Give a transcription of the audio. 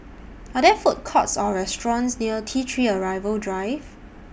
Are There Food Courts Or restaurants near T three Arrival Drive